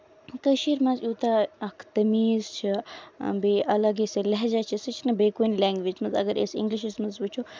کٔشیٖر منٛز یوٗتاہ اکھ تٔمیٖز چھُ بیٚیہِ اَگر یُس لہجہ چھُ سُہ چھُنہٕ بیٚیہِ کُنہِ لینگویجس منٛز اَگر أسۍ اِنگلِشس منٛز وٕچھو